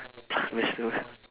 plant vegetable